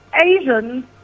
Asians